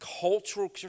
cultural